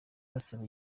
basaba